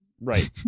right